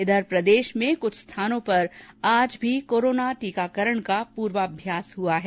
इधर प्रदेश में कुछ स्थानों पर आज भी कोरोना टीकाकरण का पूर्वाभ्यास हआ है